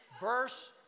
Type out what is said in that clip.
Verse